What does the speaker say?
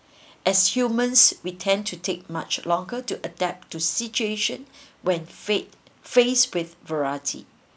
as humans we tend to take much longer to adapt to situations when fate face with variety